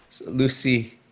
Lucy